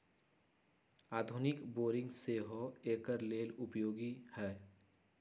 आधुनिक बोरिंग सेहो एकर लेल उपयोगी है